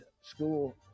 school